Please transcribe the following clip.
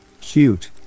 Cute